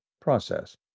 process